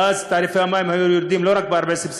ואז תעריפי המים היו יורדים לא רק ב-14.5%